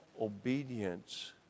obedience